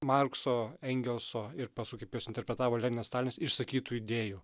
markso engelso ir paskui kaip juos interpretavo leninas stalinas išsakytų idėjų